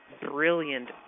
brilliant